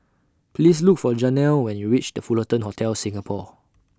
Please Look For Janelle when YOU REACH The Fullerton Hotel Singapore